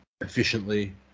efficiently